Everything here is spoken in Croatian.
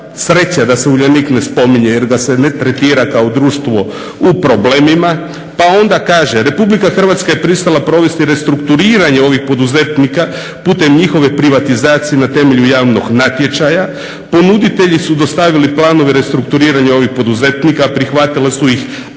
sreća da se Uljanik ne spominje jer da se ne tretira kao društvo u problemima. Pa onda kaže, Republika Hrvatska je pristala provesti restrukturiranje ovih poduzetnika putem njihove privatizacije na temelju javnog natječaja. Ponuditelji su dostavili planove restrukturiranja ovih poduzetnika, a prihvatile su ih